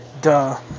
Duh